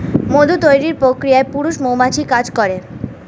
মধু তৈরির প্রক্রিয়ায় পুরুষ মৌমাছি কাজ করে